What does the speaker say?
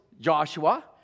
Joshua